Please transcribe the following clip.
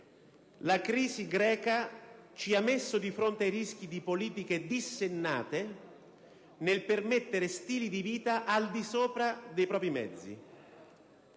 la crisi greca ci ha messo di fronte ai rischi di politiche dissennate nel permettere stili di vita al di sopra dei propri mezzi.